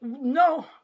no